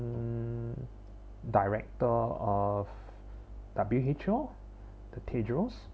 um director of W_H_O t~ tedros